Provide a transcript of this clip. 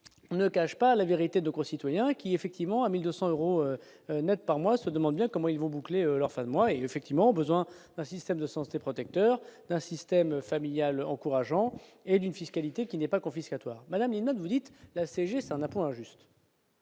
ne cache pas la vérité de concitoyens qui effectivement à 1200 euros Net par mois, se demande bien comment ils vont boucler leur fin de mois effectivement besoin d'un système de santé protecteur d'un système familiale encourageant et d'une fiscalité qui n'est pas confiscatoire Madame Lienemann, vous dites la CGC en appoint juste.